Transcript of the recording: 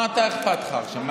מה אכפת לך עכשיו,